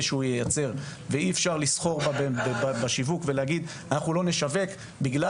אי אפשר לסחור בה ולהגיד שלא נשווק בגלל